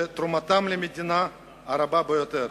שתרומתם למדינה היא רבה ביותר.